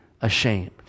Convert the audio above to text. ashamed